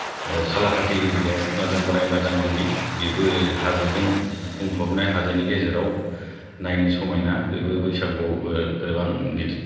सालाकाथि एरियाआव नाजां बोराय नाजां बुरि बेबो हाजोजों बुंफबनाय हाजोनि गेजेराव नायनो समायना बेबो बैसागुआवबो गोबां गिदिद